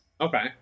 Okay